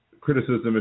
criticism